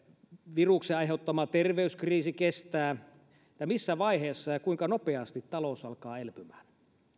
viruksen aiheuttama terveyskriisi kestää ja missä vaiheessa ja kuinka nopeasti talous alkaa elpymään